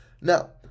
Now